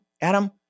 Adam